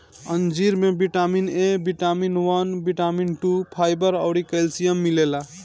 अंजीर में vitamin A, B one, B two, fibre अउरी कैल्शियम मिलेला